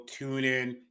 TuneIn